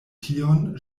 tion